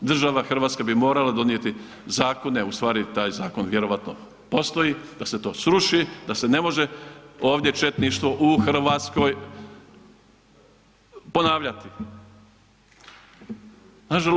Država Hrvatska bi morala donijeti zakone, ustvari taj zakon vjerojatno postoji da se to sruši, da se ne može ovdje četništvo u Hrvatskoj ponavljati.